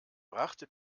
brachte